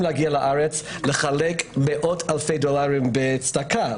להגיע לארץ לחלק מאות-אלפי דולרים בצדקה,